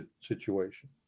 situation